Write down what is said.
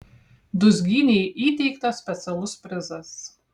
dūzgynei įteiktas specialus prizas